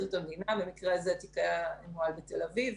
במקרה הזה התיק היה בתל אביב,